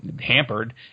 hampered